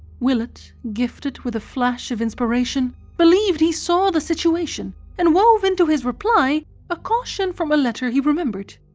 willett, gifted with a flash of inspiration, believed he saw the situation, and wove into his reply a caution from a letter he remembered.